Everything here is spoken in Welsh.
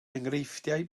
enghreifftiau